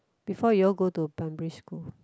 before you all go to primary school